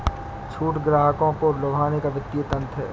छूट ग्राहकों को लुभाने का वित्तीय तंत्र है